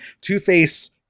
Two-Face